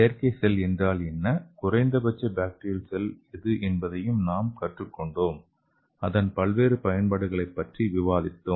செயற்கை செல் என்றால் என்ன குறைந்தபட்ச பாக்டீரியா செல் எது என்பதையும் நாம் கற்றுக்கொண்டோம் அதன் பல்வேறு பயன்பாடுகளைப் பற்றி விவாதித்தோம்